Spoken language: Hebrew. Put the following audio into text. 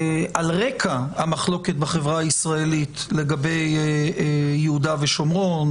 על רק המחלוקת בחברה הישראלית לגבי יהודה ושומרון,